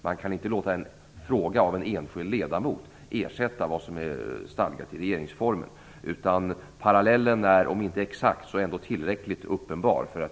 Man kan inte låta en fråga ställd av en enskild ledamot ersätta vad som är stadgat i regeringsformen. Parallellen är om inte exakt så ändå tillräckligt uppenbar.